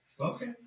Okay